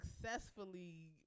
successfully